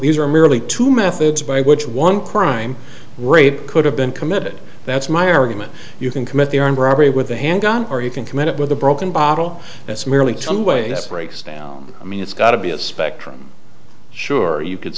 these are merely two methods by which one crime rate could have been committed that's my argument you can commit the armed robbery with a handgun or you can commit with a broken bottle that's merely ten ways breaks down i mean it's got to be a spectrum sure you could